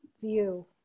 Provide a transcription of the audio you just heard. view